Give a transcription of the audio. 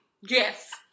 Yes